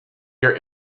year